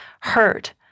hurt